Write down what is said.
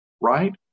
Right